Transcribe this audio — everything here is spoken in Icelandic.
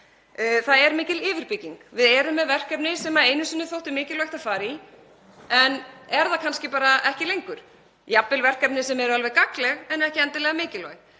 Það er mikil yfirbygging. Við erum með verkefni sem einu sinni þótti mikilvægt að fara í en eru það kannski ekki lengur, jafnvel verkefni sem eru gagnleg en ekki endilega mikilvæg.